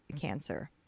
cancer